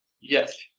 Yes